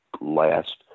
last